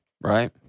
right